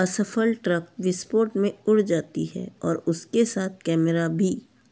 असफल ट्रक विस्फ़ोट में उड़ जाती है और उसके साथ कैमेरा भी